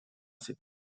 cet